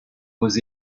was